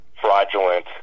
fraudulent